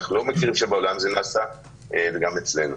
אנחנו לא מכירים שבעולם זה נעשה וגם אצלנו.